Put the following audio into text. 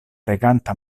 reganta